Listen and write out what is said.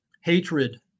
hatred